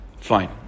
fine